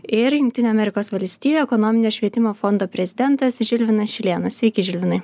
ir jungtinių amerikos valstijų ekonominio švietimo fondo prezidentas žilvinas šilėnas sveiki žilvinai